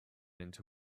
into